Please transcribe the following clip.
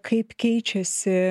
kaip keičiasi